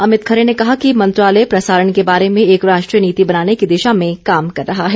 अमित खरे ने कहा कि मंत्रालय प्रसारण के बारे में एक राष्ट्रीय नीति बनाने की दिशा में काम कर रहा है